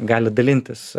gali dalintis